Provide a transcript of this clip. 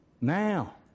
Now